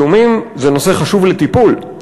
זיהומים זה נושא חשוב לטיפול,